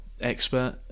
expert